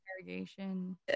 interrogation